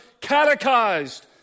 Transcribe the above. catechized